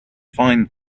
find